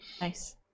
Nice